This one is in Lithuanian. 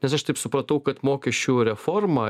nes aš taip supratau kad mokesčių reforma